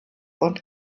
und